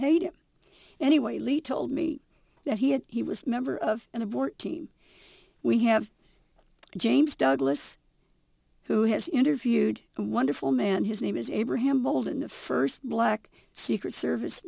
hate him anyway lee told me that he had he was a member of an aborted we have james douglas who has interviewed and wonderful man his name is abraham bolden the first black secret service